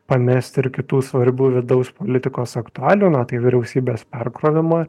pamesti ir kitų svarbių vidaus politikos aktualijų na tai vyriausybės perkrovimą